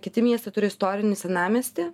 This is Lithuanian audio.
kiti miestai turi istorinį senamiestį